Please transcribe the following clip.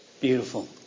Beautiful